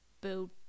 build